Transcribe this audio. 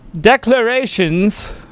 declarations